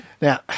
Now